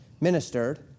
ministered